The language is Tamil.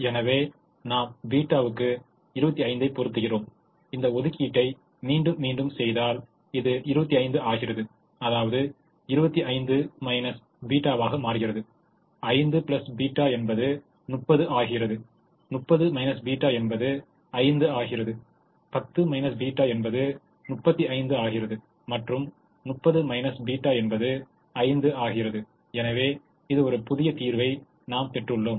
எனவே நாம் θ வுக்கு 25 ஐ பொறுத்துகிறோம் இந்த ஒதுக்கீட்டை மீண்டும் மீண்டும் செய்தால் இது 25 ஆகிறது அதாவது 25 θ வாக மாறுகிறது 5 θ என்பது 30 ஆகிறது 30 θ என்பது 5 ஆகிறது 10 θ என்பது 35 ஆகிறது மற்றும் 30 θ என்பது 5 ஆகிறது எனவே இது ஒரு புதிய தீர்வை நாம் பெற்றுள்ளோம்